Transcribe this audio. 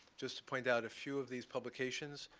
just to point out a few of these publications,